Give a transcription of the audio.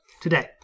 today